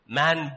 man